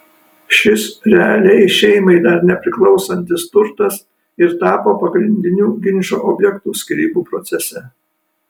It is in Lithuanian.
šis realiai šeimai dar nepriklausantis turtas ir tapo pagrindiniu ginčo objektu skyrybų procese